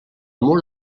mur